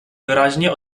wyraźnie